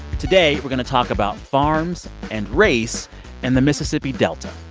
today, we're going to talk about farms and race and the mississippi delta.